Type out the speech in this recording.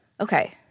Okay